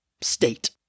state